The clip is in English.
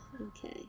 Okay